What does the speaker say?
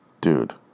Dude